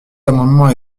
amendements